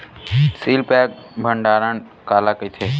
Seal pack भंडारण काला कइथे?